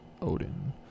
Odin